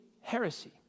heresy